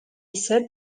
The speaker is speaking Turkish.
ise